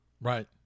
Right